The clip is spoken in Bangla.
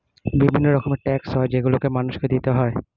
বিভিন্ন রকমের ট্যাক্স হয় যেগুলো মানুষকে দিতে হয়